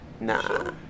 nah